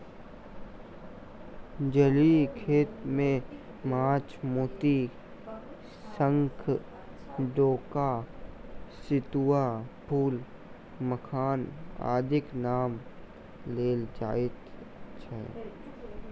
जलीय खेती मे माछ, मोती, शंख, डोका, सितुआ, फूल, मखान आदिक नाम लेल जाइत छै